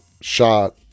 shot